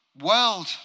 world